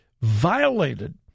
violated